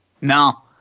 No